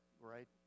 right